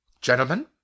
Gentlemen